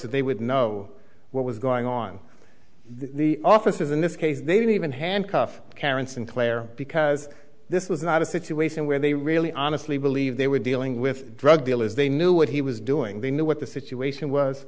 that they would know what was going on the officers in this case they didn't even handcuff carrots and clare because this was not a situation where they really honestly believed they were dealing with drug dealers they knew what he was doing they knew what the situation